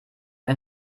ein